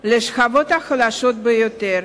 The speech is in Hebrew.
לשכבות החלשות ביותר,